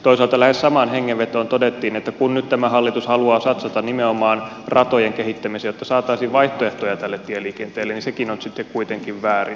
toisaalta lähes samaan hengenvetoon todettiin että kun nyt tämä hallitus haluaa satsata nimenomaan ratojen kehittämiseen jotta saataisiin vaihtoehtoja tälle tieliikenteelle sekin on sitten kuitenkin väärin